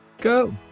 go